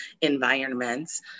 environments